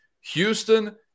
Houston